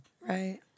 Right